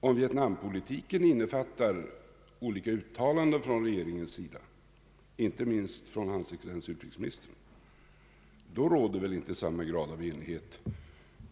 Om Vietnampolitiken innefattar olika uttalanden från regeringens sida, inte minst från hans excellens utrikesministerns, då råder det inte samma grad av enighet.